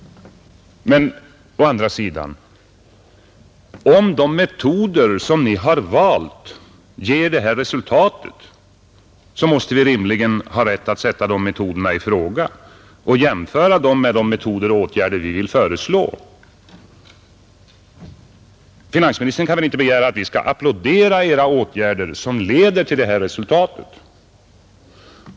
Men å andra sidan: Om de metoder som ni har valt ger det här resultatet, så måste vi rimligen ha rätt att sätta de metoderna i fråga och jämföra dem med de metoder och åtgärder vi vill föreslå. Finansministern kan väl inte begära att vi skall applådera era åtgärder, som leder till det här resultatet?